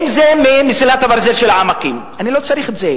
אם זה מסילת הברזל של העמקים, אני לא צריך את זה.